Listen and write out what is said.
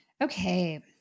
Okay